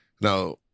Now